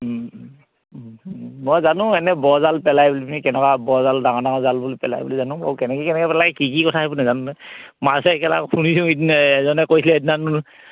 মই জানো এনেই বৰ জাল পেলাই বুলি এনেই কেনেকুৱা বৰজাল ডাঙৰ ডাঙৰ জালবোৰ পেলাই বুলি জানো বাৰু কেনেকৈ কেনেকৈ পেলাই কি কি কথা সেইবোৰ নাজানো নহয় মাছহে এজনে কৈছিলে সইদিনাখন